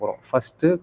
First